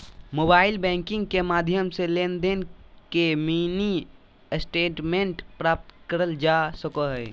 mobile banking के माध्यम से लेनदेन के मिनी स्टेटमेंट प्राप्त करल जा सको हय